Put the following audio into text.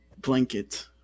blanket